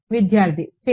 విద్యార్థి ఫేస్